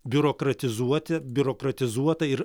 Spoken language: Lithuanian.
biurokratizuoti biurokratizuota ir